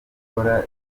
gukora